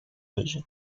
vision